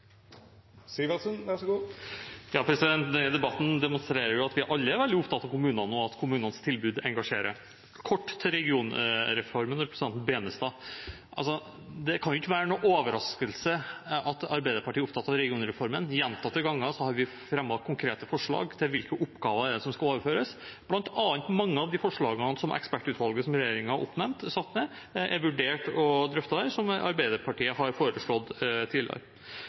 veldig opptatt av kommunene, og at kommunenes tilbud engasjerer. Kort til regionreformen og representanten Tveiten Benestad: Det kan jo ikke være noen overraskelse at Arbeiderpartiet er opptatt av regionreformen. Gjentatte ganger har vi fremmet konkrete forslag til hvilke oppgaver som skal overføres – bl.a. er mange av de forslagene som ekspertutvalget som regjeringen har satt ned, har vurdert og drøftet, noe Arbeiderpartiet har foreslått tidligere.